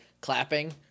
clapping